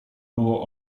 było